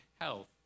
health